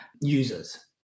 users